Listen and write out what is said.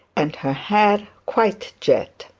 and her hair quite jet.